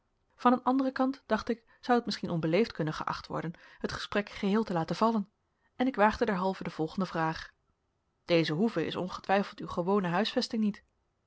van een anderen kant dacht ik zou het misschien onbeleefd kunnen geacht worden het gesprek geheel te laten vallen en ik waagde derhalve de volgende vraag deze hoeve is ongetwijfeld uw gewone huisvesting niet